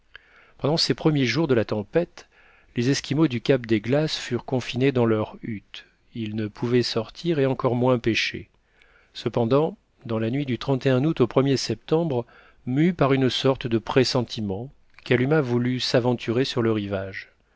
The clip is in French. pendant ces premiers jours de la tempête les esquimaux du cap des glaces furent confinés dans leurs huttes ils ne pouvaient sortir et encore moins pêcher cependant dans la nuit du août au er septembre mue par une sorte de pressentiment kalumah voulut s'aventurer sur le rivage